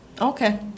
okay